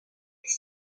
des